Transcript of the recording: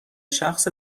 شخص